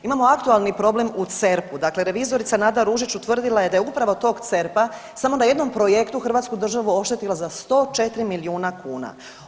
Imamo aktualni problem u CERP-u, dakle revizorica Nada Ružić utvrdila je da je uprava tog CERP-a samo na jednom projektu Hrvatsku državu oštetila za 104 milijuna kuna.